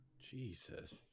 Jesus